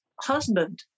husband